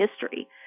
history